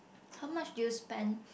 how much did you spend